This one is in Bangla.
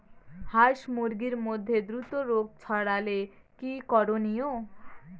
হাস মুরগির মধ্যে দ্রুত রোগ ছড়ালে কি করণীয়?